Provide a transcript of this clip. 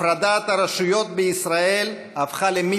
הפרדת הרשויות בישראל הפכה למיתוס,